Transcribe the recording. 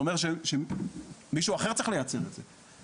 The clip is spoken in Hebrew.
אומר שמישהו אחר צריך לייצר את זה.